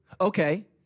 Okay